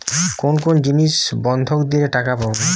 কোন কোন জিনিস বন্ধক দিলে টাকা পাব?